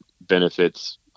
benefits